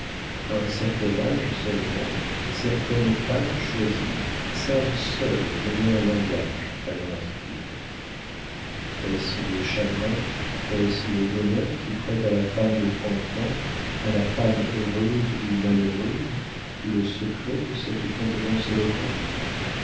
a un certain âge seulement certaines femmes choisies savent seules donner un langage à leur attitude est-ce le chagrin est-ce le bonheur qui prête à la femme de trente ans à la femme heureuse ou malheureuse le secret de cette contenance éloquente